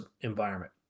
environment